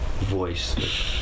voice